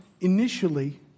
initially